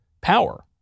power